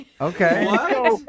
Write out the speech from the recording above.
Okay